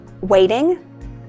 waiting